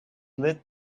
lit